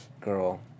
girl